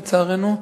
לצערנו,